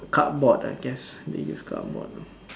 cardboard I guess they use cardboard lor